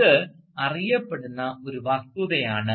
ഇത് അറിയപ്പെടുന്ന ഒരു വസ്തുതയാണ്